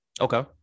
Okay